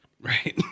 Right